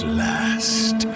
last